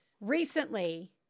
recently